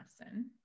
lesson